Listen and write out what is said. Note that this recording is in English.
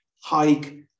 hike